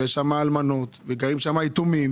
יש שם אלמנות וגרים שם יתומים.